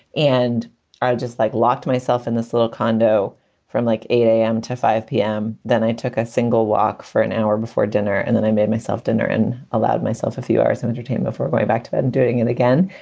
and i just like locked myself in this little condo from like eight a m. to five p m. then i took a single walk for an hour before dinner, and then i made myself dinner and allowed myself a few hours of entertainment for going back to bed and doing it again.